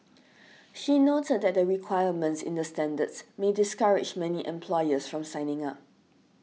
she noted that the requirements in the standards may discourage many employers from signing up